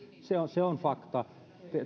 se on se on fakta